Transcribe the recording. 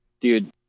Dude